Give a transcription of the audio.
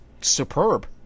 superb